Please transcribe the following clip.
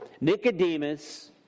Nicodemus